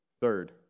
Third